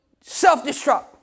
self-destruct